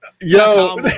Yo